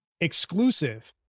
exclusive